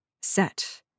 set